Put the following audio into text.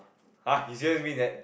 [huh] you just mean that